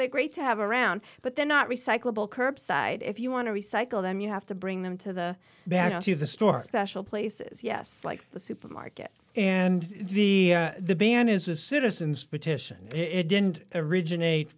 they're great to have around but they're not recyclable curbside if you want to recycle them you have to bring them to the back to the store special places yes like the supermarket and the the ban is a citizen's petition it didn't it originate